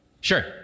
Sure